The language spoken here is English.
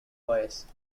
voice